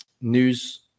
news